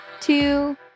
two